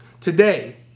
today